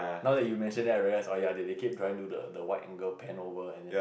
now that you mention then I realise oh ya they they kept trying to do the wide angle pan over and then